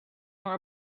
nor